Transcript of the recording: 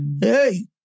Hey